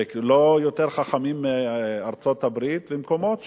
ולא יותר חכמים מארצות-הברית ומקומות שהחליטו: